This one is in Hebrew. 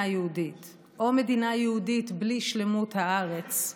יהודית או מדינה יהודית בלי שלמות הארץ,